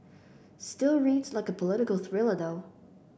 still reads like a political thriller though